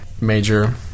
major